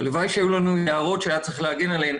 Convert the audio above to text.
הלוואי שהיו לנו יערות שהיה צריך להגן עליהם.